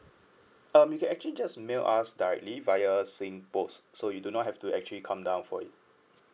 um you can actually just mail us directly via Singpost so you do not have to actually come down for it